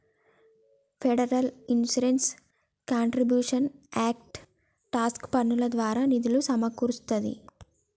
federal insurance contributions act tax పన్నుల ద్వారా నిధులు సమకూరుస్తాంది